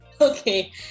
okay